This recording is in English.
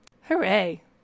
hooray